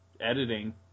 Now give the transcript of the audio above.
editing